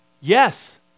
Yes